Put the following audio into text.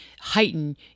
heighten